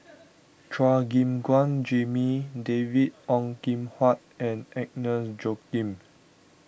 Chua Gim Guan Jimmy David Ong Kim Huat and Agnes Joaquim